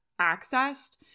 accessed